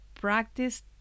practice